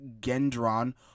Gendron